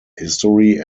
history